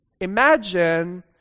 Imagine